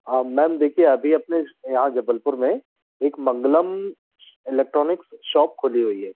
हाँ मैम देखिए अभी अपने यहाँ जबलपुर में एक मंगलम इलेक्ट्रॉनिक्स शॉप खुली हुई है